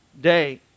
day